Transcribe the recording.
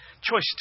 Choice